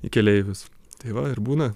į keleivius tai va ir būna